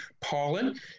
pollen